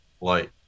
light